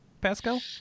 pascal